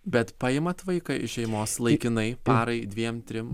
bet paimat vaiką iš šeimos laikinai parai dviem trim